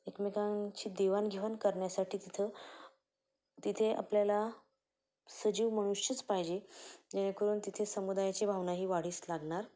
एकमेकांची देवाणघेवाण करण्यासाठी तिथं तिथे आपल्याला सजीव मनुष्यच पाहिजे जेणेकरून तिथे समुदायाची भावना ही वाढीस लागणार